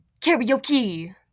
karaoke